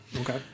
Okay